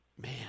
Man